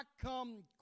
come